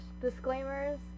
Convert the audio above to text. disclaimers